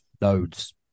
loads